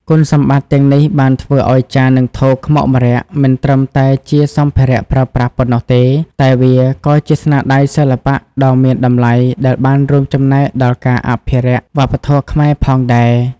គុណសម្បត្តិទាំងនេះបានធ្វើឱ្យចាន និងថូខ្មុកម្រ័ក្សណ៍មិនត្រឹមតែជាសម្ភារៈប្រើប្រាស់ប៉ុណ្ណោះទេ តែវាក៏ជាស្នាដៃសិល្បៈដ៏មានតម្លៃដែលបានរួមចំណែកដល់ការអភិរក្សវប្បធម៌ខ្មែរផងដែរ។